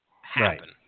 happen